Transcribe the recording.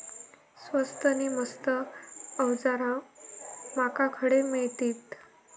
स्वस्त नी मस्त अवजारा माका खडे मिळतीत?